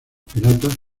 piratas